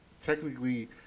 technically